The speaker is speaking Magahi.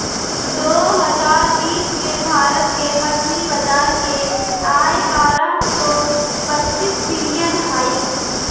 दो हजार बीस में भारत के मछली बाजार के आय बारह सो बतीस बिलियन हइ